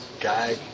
guy